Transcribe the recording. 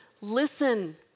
listen